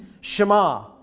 Shema